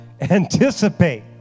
anticipate